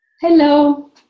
Hello